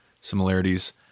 similarities